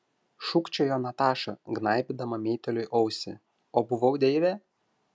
šūkčiojo nataša gnaibydama meitėliui ausį o buvau deivė